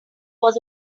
was